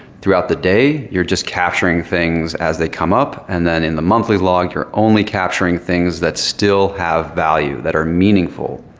throughout the day, you're just capturing things as they come up. and then, in the monthly log, you're only capturing things that still have value, that are meaningful.